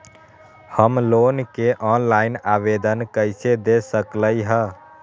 हम लोन के ऑनलाइन आवेदन कईसे दे सकलई ह?